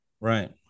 right